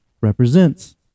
represents